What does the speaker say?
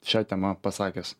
šia tema pasakęs